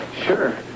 Sure